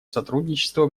сотрудничества